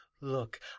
Look